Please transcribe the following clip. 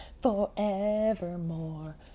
forevermore